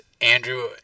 Andrew